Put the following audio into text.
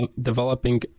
developing